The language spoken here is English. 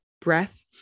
breath